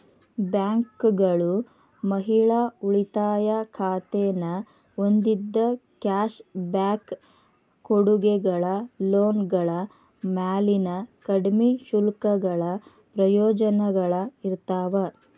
ಬ್ಯಾಂಕ್ಗಳು ಮಹಿಳಾ ಉಳಿತಾಯ ಖಾತೆನ ಹೊಂದಿದ್ದ ಕ್ಯಾಶ್ ಬ್ಯಾಕ್ ಕೊಡುಗೆಗಳ ಲೋನ್ಗಳ ಮ್ಯಾಲಿನ ಕಡ್ಮಿ ಶುಲ್ಕಗಳ ಪ್ರಯೋಜನಗಳ ಇರ್ತಾವ